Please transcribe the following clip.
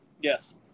Yes